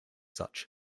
such